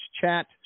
chat